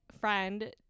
friend